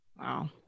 Wow